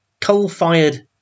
coal-fired